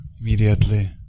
immediately